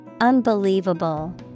Unbelievable